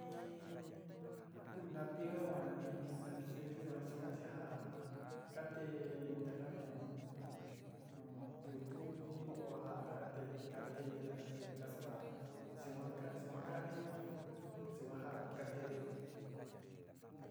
Iin jakuu lapi jo'a iin lipecero xhojua'a kate'e, ndaka nuu nuu tutu ho ndajate kata ndajá té kaxkuá, yijakua yikuaja niuu xhikuaja katendé.